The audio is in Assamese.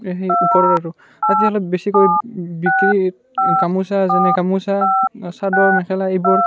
সেই ওপৰৰ আৰু তাঁতীশালত বেছিকৈ বিক্ৰী গামোচা যেনে গামোচা চাদৰ মেখেলা এইবোৰ